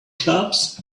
cops